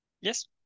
Yes